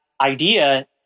idea